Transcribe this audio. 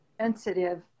sensitive